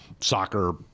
soccer